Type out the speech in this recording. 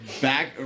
back